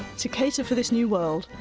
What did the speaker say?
to cater for this new world,